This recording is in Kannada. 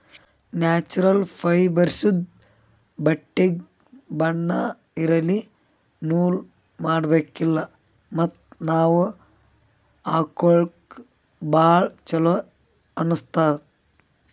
ನ್ಯಾಚುರಲ್ ಫೈಬರ್ಸ್ದು ಬಟ್ಟಿಗ್ ಬಣ್ಣಾ ಇರಲ್ಲ ನೂಲ್ ಮಾಡಬೇಕಿಲ್ಲ ಮತ್ತ್ ನಾವ್ ಹಾಕೊಳ್ಕ ಭಾಳ್ ಚೊಲೋ ಅನ್ನಸ್ತದ್